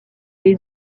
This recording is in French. les